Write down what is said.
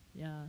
ya